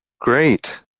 Great